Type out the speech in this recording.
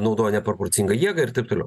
naudoja neproporcingą jėgą ir taip toliau